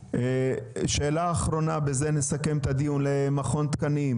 שאלה אחרונה, ובזה נסכם את הדיון, למכון התקנים.